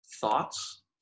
thoughts